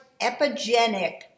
epigenic